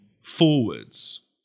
forwards